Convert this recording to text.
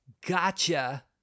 Gotcha